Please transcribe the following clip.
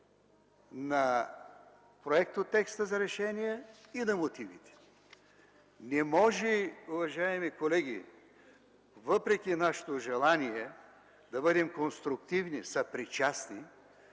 на проектотекста за решение и на мотивите. Не може, уважаеми колеги, въпреки нашето желание да бъдем конструктивни, съпричастни,